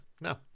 no